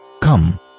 Come